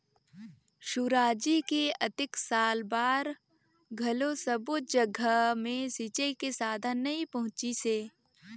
सुराजी के अतेक साल बार घलो सब्बो जघा मे सिंचई के साधन नइ पहुंचिसे